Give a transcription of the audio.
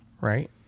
right